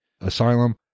Asylum